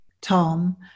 Tom